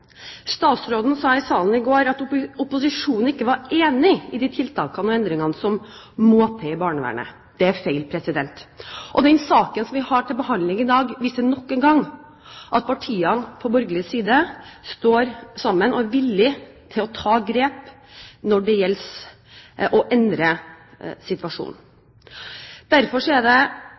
Statsråden sa i salen i går at opposisjonen ikke var enig i de tiltakene og de endringene som må til i barnevernet. Det er feil. Den saken vi har til behandling i dag, viser nok en gang at partiene på borgerlig side står sammen og er villige til å ta grep for å endre situasjonen. Derfor er det